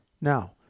Now